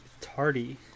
tardy